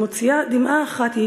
היא מוציאה דמעה אחת מעינה,